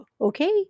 okay